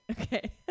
okay